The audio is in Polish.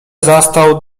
zastał